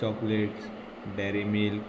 chocolates Dairy milk